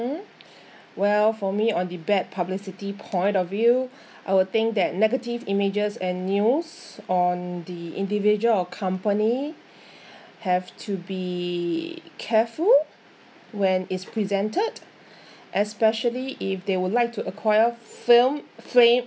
well for me on the bad publicity point of view I would think that negative images and news on the individual or company have to be careful when it's presented especially if they would like to acquire film fame